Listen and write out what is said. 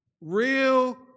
Real